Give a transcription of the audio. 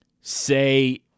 say